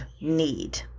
need